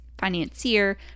financier